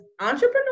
entrepreneur